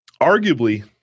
arguably